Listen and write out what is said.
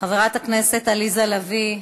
חברת הכנסת עליזה לביא,